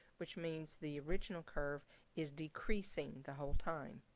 which means the original curve is decreasing the whole time.